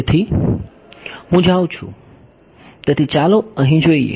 તેથી હું જાઉં છું તેથી ચાલો અહીં જોઈએ